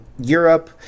Europe